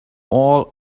all